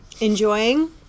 Enjoying